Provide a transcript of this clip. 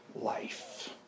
life